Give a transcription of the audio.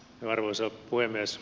arvoisa puhemies